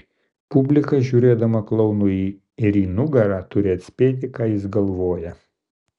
publika žiūrėdama klounui ir į nugarą turi atspėti ką jis galvoja